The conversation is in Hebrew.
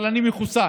אבל אני מחוסן,